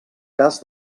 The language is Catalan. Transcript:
cas